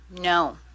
No